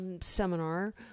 seminar